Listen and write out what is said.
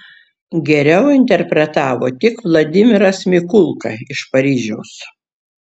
geriau interpretavo tik vladimiras mikulka iš paryžiaus